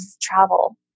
travel